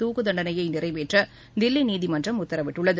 துக்கு தண்டனையை நிறைவேற்ற தில்லி நீதிமன்றம் உத்தரவிட்டுள்ளது